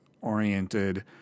oriented